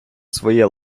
своє